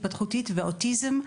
התפתחותית ואוטיזם.